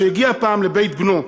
שהגיע פעם לבית בנו.